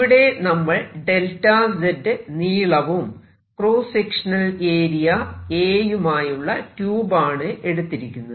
ഇവിടെ നമ്മൾ 𝚫z നീളവും ക്രോസ്സ് സെക്ഷനൽ ഏരിയ a യുമായുള്ള ട്യൂബ് ആണ് എടുത്തിരിക്കുന്നത്